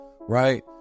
right